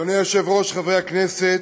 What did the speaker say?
אדוני היושב-ראש, חברי הכנסת,